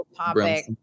topic